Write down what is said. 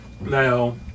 Now